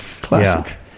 Classic